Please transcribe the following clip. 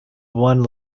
one